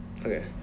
Okay